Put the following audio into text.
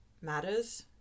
matters